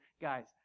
guys